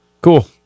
cool